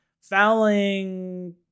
fouling